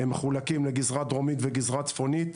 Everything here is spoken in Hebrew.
הם מחוקים לגזרה דרומית וגזרה צפונית,